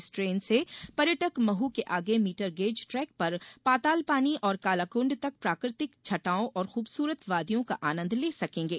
इस ट्रेन से पर्यटक महू के आगे मीटर गेज ट्रेक पर पातालपानी और कालाकुंड तक प्राकृतिक छटाओं और खूबसूरत वादियों का आनंद ले सकेंगे